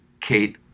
Kate